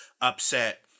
Upset